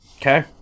Okay